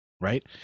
Right